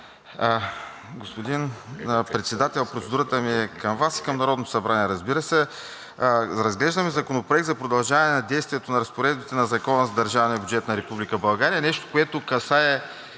Господин Председател, процедурата ми е към Вас и към Народното събрание, разбира се. Разглеждаме Законопроекта за продължаване на действието на разпоредбите на Закона за държавния бюджет на Република